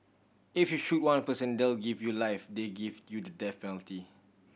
if you shoot one person they'll give you life they give you the death penalty